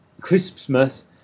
Christmas